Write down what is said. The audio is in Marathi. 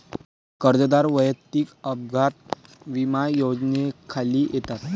कर्जदार वैयक्तिक अपघात विमा योजनेखाली येतात